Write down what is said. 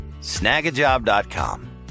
snagajob.com